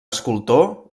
escultor